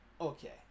Okay